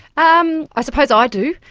um i suppose i do,